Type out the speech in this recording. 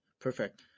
perfect